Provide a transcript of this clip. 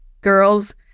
girls